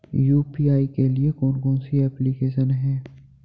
UPI के लिए कौन कौन सी एप्लिकेशन हैं?